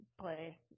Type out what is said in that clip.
play